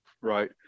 right